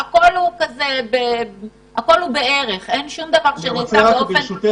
הכול הוא בערך ואין שום דבר --- יכול להיות שלא